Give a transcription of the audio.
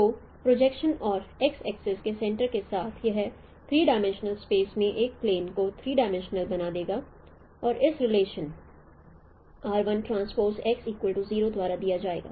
तो प्रोजेक्शन और x axis के सेंटर के साथ यह थ्रीडिमिंशनल स्पेस में एक प्लेन को थ्रीडिमिंशनल बना देगा और इस रिलेशन द्वारा दिया जाएगा